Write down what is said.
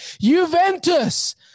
Juventus